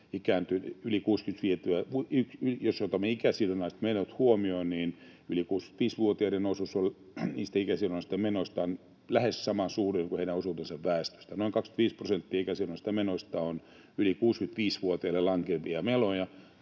jos otamme ikäsidonnaiset menot huomioon, yli 65-vuotiaiden osuus ikäsidonnaisista menoista on lähes samansuuruinen kuin heidän osuutensa väestöstä: noin 25 prosenttia ikäsidonnaisista menoista on yli 65-vuotiaille lankeavia menoja,